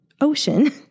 ocean